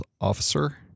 officer